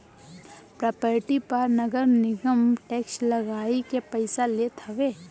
property पअ नगरनिगम tax लगाइ के पईसा लेत हवे